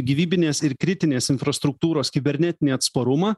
gyvybinės ir kritinės infrastruktūros kibernetinį atsparumą